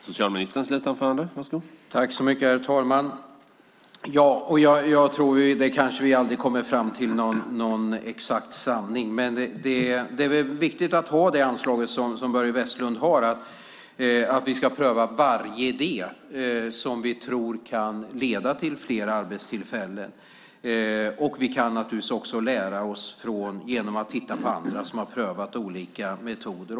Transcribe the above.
Herr talman! Vi kommer kanske aldrig fram till en exakt sanning. Men det är väl viktigt att ha det anslag som Börje Vestlund har - att vi ska pröva varje idé som vi tror kan leda till fler arbetstillfällen. Naturligtvis kan vi också lära oss genom att titta på andra som prövat olika metoder.